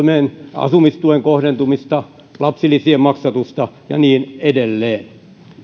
asumistuen kohdentumista lapsilisien maksatusta ja niin edelleen